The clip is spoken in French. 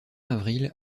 d’avril